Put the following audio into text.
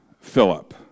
Philip